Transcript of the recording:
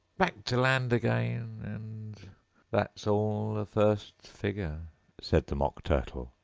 back to land again, and that's all the first figure said the mock turtle,